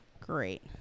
great